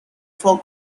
for